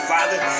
Father